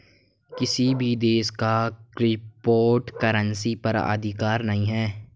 किसी भी देश का क्रिप्टो करेंसी पर अधिकार नहीं है